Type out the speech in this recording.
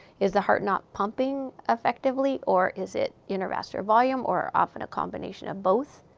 is the heart not pumping effectively? or is it intravascular volume, or often a combination of both?